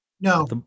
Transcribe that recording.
No